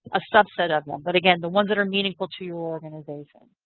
a subset of them. but again, the ones that are meaningful to your organization.